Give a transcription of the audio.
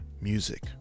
music